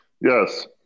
Yes